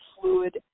fluid